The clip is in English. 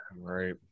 Right